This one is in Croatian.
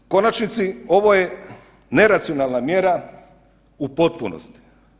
U konačnici, ovo je neracionalna mjera u potpunosti.